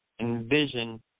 envision